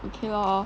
okay lor